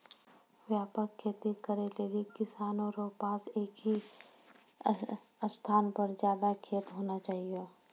व्यापक खेती करै लेली किसानो रो पास एक ही स्थान पर ज्यादा खेत होना चाहियो